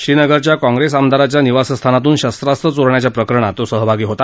श्रीनगरच्या काँप्रेस आमदाराच्या निवासस्थानातून शस्वास्त्र चोरण्याच्या प्रकरणात तो सहभागी होता